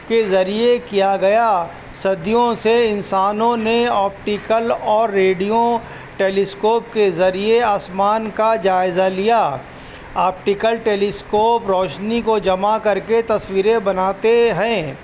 کے ذریعے کیا گیا صدیوں سے انسانوں نے آپٹیکل اور ریڈیو ٹیلیسکوپ کے ذریعے آسمان کا جائزہ لیا آپٹیکل ٹیلیسکوپ روشنی کو جمع کر کے تصویریں بناتے ہیں